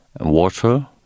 water